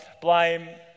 Blame